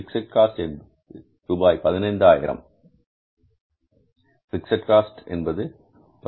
fixed cost என்பது ரூபாய் பதினையாயிரம் பிக்ஸட் காஸ்ட் என்பது ரூபாய் 15000